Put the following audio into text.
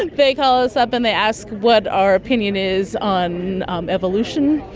like they call us up and they ask what our opinion is on um evolution,